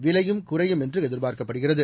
விலையும் குறையும் என்று எதிர்பார்க்கப்படுகிறது